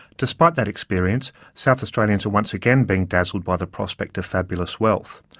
despite that experience, south australians are once again being dazzled by the prospect of fabulous wealth.